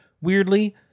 weirdly